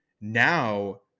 now